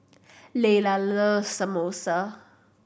Laylah loves Samosa